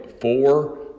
four